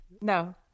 No